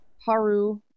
Haru